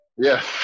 Yes